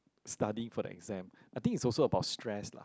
studying for the exam I think it's also about stress lah